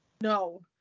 No